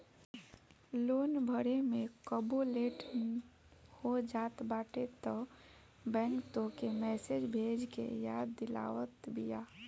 loan भरे में कबो लेट हो जात बाटे तअ बैंक तोहके मैसेज भेज के याद दिलावत बिया